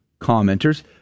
commenters